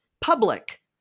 public